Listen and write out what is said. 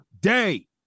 day